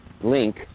link